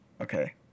Okay